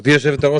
גברתי היושבת-ראש,